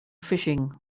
fishing